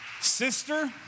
Sister